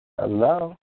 Hello